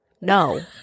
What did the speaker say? No